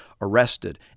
arrested